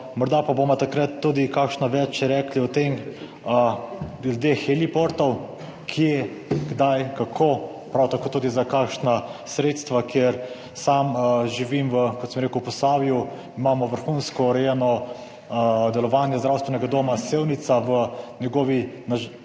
Morda pa bomo takrat tudi kakšno več rekli glede heliportov – kje, kdaj, kako, prav tako tudi za kakšna sredstva, ker sam živim v, kot sem rekel, Posavju, kjer imamo vrhunsko urejeno delovanje Zdravstvenega doma Sevnica, v njegovi